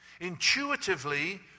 Intuitively